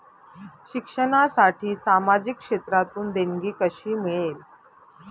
शिक्षणासाठी सामाजिक क्षेत्रातून देणगी कशी मिळेल?